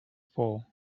fall